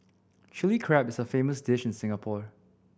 Chilli Crab is a famous dish in Singapore